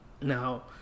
Now